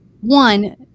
one